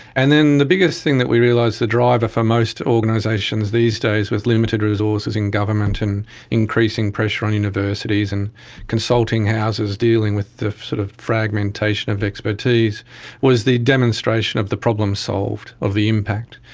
and then the biggest thing that we realised the driver for most organisations these days was limited resources in government and increasing pressure on universities and consulting houses dealing with the sort of fragmentation of expertise was the demonstration of the problem solved, of the impact.